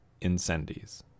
Incendies